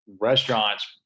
restaurants